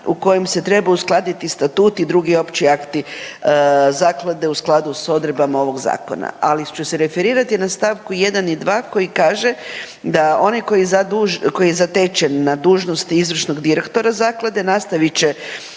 u kojem se treba uskladit statut i drugi opći akti zaklade u skladu s odredbama ovog zakona. Ali ću se referirati na st. 1. i 2. koji kaže da onaj tko je zatečen na dužnosti izvršnog direktora zaklade nastavit će